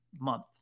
month